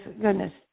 goodness